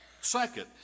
Second